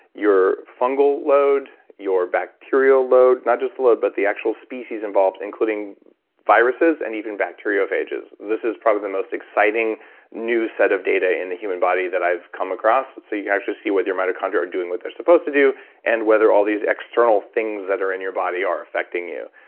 your fungal load, your bacterial load, not just the load but the actual species involved, including viruses and even bacteriophages. this is probably the most exciting new set of data in the human body that i've come across so, you can actually see whether your mitochondria are doing what they're supposed to do and whether all these external things that are in your body are affecting you.